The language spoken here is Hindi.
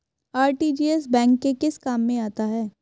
आर.टी.जी.एस बैंक के किस काम में आता है?